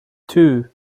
two